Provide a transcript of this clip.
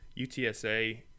UTSA